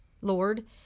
Lord